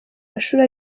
mashuri